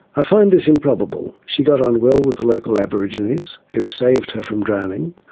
i find this improbable. she got on well with the local aborigines, who had saved her from drowning.